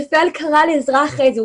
רפאל קרא לעזרה אחרי זה,